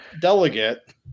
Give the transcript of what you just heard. delegate